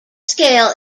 scale